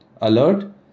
Alert